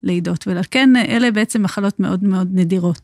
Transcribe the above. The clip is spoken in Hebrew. לידות. ולכן, אלה בעצם מחלות מאוד מאוד נדירות.